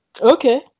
Okay